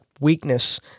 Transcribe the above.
weakness